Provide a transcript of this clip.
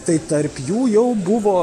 tai tarp jų jau buvo